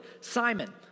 Simon